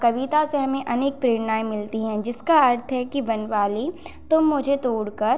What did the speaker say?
कविता से हमें अनेक प्रेरणाएँ मिलती हैं जिसका अर्थ है कि वन माली तुम मुझे तोड़ कर